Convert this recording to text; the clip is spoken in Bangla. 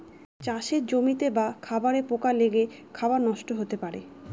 চাষের জমিতে বা খাবারে পোকা লেগে খাবার নষ্ট হতে পারে